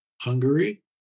Hungary